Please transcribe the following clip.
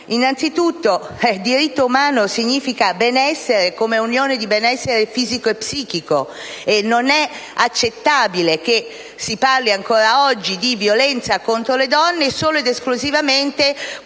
Innanzitutto, diritto umano significa benessere inteso come unione di benessere fisico e psichico. Non è accettabile che si parli ancora oggi di violenza contro le donne solo ed esclusivamente quando avviene